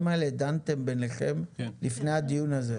האלה דנתם ביניכם לפני הדיון הזה.